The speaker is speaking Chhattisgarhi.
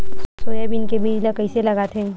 सोयाबीन के बीज ल कइसे लगाथे?